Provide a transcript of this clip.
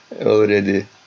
already